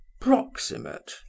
proximate